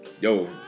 Yo